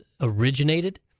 originated